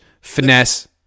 finesse